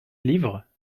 livre